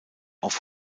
auf